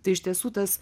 tai iš tiesų tas